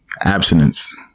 Abstinence